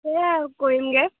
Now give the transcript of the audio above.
সেয়া আৰু কৰিমগৈ